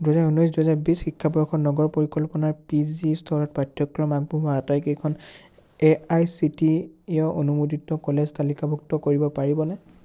দুহেজাৰ উনৈছ দুহেজাৰ বিশ শিক্ষাবৰ্ষত নগৰ পৰিকল্পনাৰ পি জি স্তৰত পাঠ্যক্ৰম আগবঢ়োৱা আটাইকেইখন A I C T E অনুমোদিত কলেজ তালিকাভুক্ত কৰিব পাৰিবনে